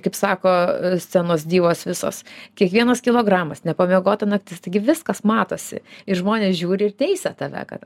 kaip sako scenos divos visos kiekvienas kilogramas nepamiegota naktis taigi viskas matosi ir žmonės žiūri ir teisia tave kad